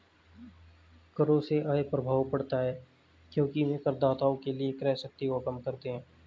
करों से आय प्रभाव पड़ता है क्योंकि वे करदाताओं के लिए क्रय शक्ति को कम करते हैं